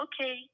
okay